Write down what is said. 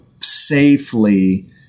safely